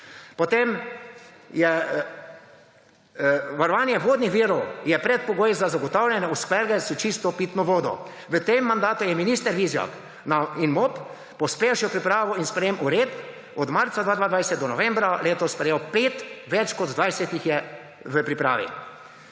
regij. Varovanje vodnih virov je predpogoj za zagotavljanje oskrbe s čisto pitno vodo. V tem mandatu je minister Vizjak in MOP pospešil pripravo in sprejetje uredb, od marca 2020 do novembra letos jih je sprejel 5, več kot 20 jih je v pripravi.